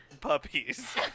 puppies